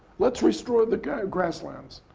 let's restore the grasslands.